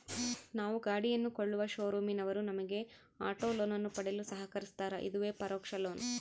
ನಾವು ಗಾಡಿಯನ್ನು ಕೊಳ್ಳುವ ಶೋರೂಮಿನವರು ನಮಗೆ ಆಟೋ ಲೋನನ್ನು ಪಡೆಯಲು ಸಹಕರಿಸ್ತಾರ, ಇದುವೇ ಪರೋಕ್ಷ ಲೋನ್